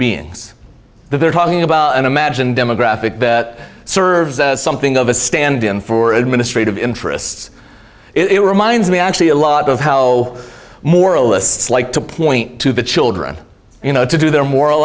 beings but they're talking about an imagined demographic that serves as something of a stand in for administrative interests it reminds me actually a lot of how moralists like to point to the children you know to do their moral